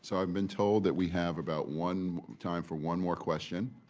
so i've been told that we have about one time for one more question.